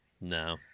No